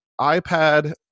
iPad